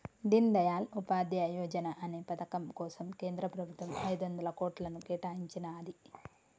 దీన్ దయాళ్ ఉపాధ్యాయ యోజనా అనే పథకం కోసం కేంద్ర ప్రభుత్వం ఐదొందల కోట్లను కేటాయించినాది